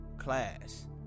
class